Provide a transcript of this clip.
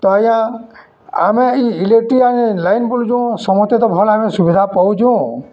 ତ ଆଜ୍ଞା ଆମେ ଇ ଇଲେକ୍ଟ୍ରିକ୍ ଲାଇନ୍ ବୋଲୁଛୁଁ ସମସ୍ତେ ତ ଭଲ୍ ଭାବେ ସୁବିଧା ପାଉଛୁଁ